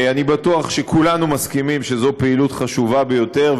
אני בטוח שכולנו מסכימים שזאת פעילות חשובה ביותר,